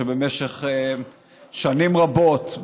שבמשך שנים רבות,